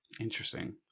Interesting